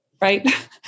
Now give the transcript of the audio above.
right